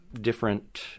different